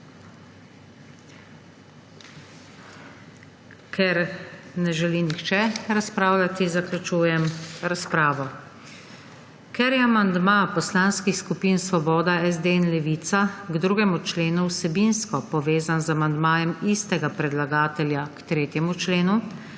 Ker ne želi nihče razpravljati, zaključujem razpravo. Ker je amandma poslanskih skupin Svoboda, SD in Levica k 2. členu vsebinsko povezan z amandmajem istega predlagatelja k 3. členu,